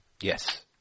Yes